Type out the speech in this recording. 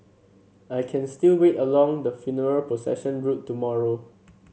I can still wait along the funeral procession route tomorrow